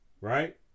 right